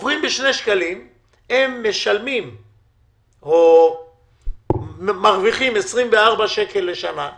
הם מרוויחים 24 שקל לשנה ברוטו,